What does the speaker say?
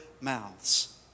mouths